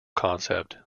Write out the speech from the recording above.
concept